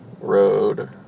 Road